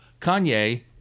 Kanye